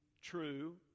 true